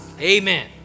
Amen